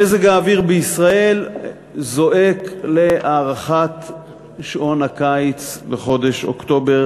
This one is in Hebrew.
מזג האוויר בישראל זועק להארכת שעון הקיץ בחודש אוקטובר.